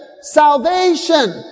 Salvation